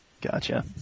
gotcha